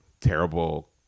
terrible